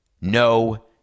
no